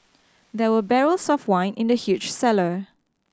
there were barrels of wine in the huge cellar